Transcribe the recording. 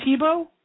Tebow